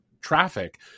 traffic